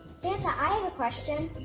santa, i have a question.